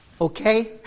okay